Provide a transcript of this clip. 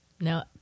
No